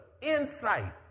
insight